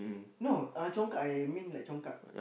no uh congkak I mean like congkak